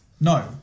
No